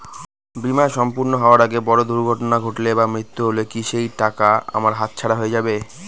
বীমা সম্পূর্ণ হওয়ার আগে বড় দুর্ঘটনা ঘটলে বা মৃত্যু হলে কি সেইটাকা আমার হাতছাড়া হয়ে যাবে?